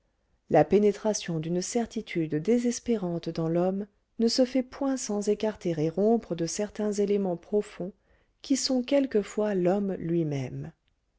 la pénétration d'une certitude désespérante dans l'homme ne se fait point sans écarter et rompre de certains éléments profonds qui sont quelquefois l'homme lui-même